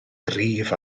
gryf